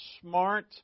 smart